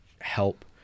help